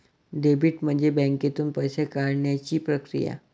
debit म्हणजे बँकेतून पैसे काढण्याची प्रक्रिया